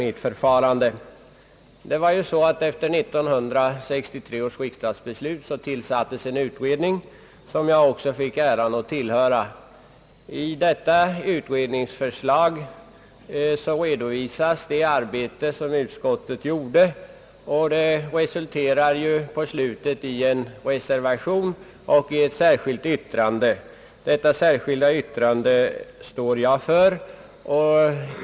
Efter 1963 års riksdagsbeslut tillsattes en utredning, som jag fick äran att tillhöra. Utredningens arbete redovisas i utskottets betänkande. Till utredningens utlåtande är fogad en reservation och ett särskilt yttrande, vilket jag står för.